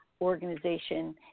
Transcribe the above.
organization